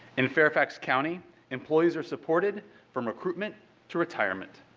in fairfax county employees are supported from recruitment to retirement.